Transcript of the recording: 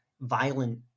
violent